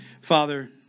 Father